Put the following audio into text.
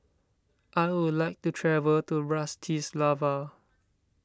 I would like to travel to Bratislava